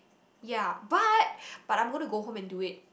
ya but but I'm gonna go home and do it